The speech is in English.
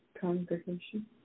congregation